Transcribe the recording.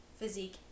physique